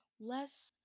less